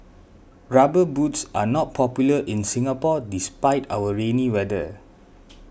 rubber boots are not popular in Singapore despite our rainy weather